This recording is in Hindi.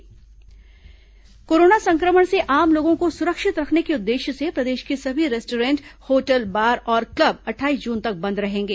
रेस्टोरेंट होटल बार कोरोना संक्रमण से आम लोगों को सुरक्षित रखने के उद्देश्य से प्रदेश के सभी रेस्टोरेंट होटल बार और क्लब अट्ठाईस जून तक बंद रहेंगे